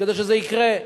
כדי שזה יקרה.